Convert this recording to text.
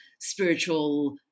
spiritual